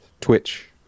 twitch